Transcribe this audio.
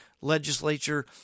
legislature